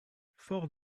fort